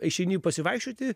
išeini pasivaikščioti